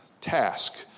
task